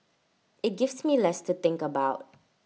IT gives me less to think about